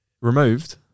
removed